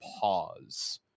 pause